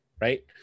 right